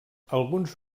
alguns